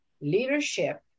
leadership